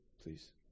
please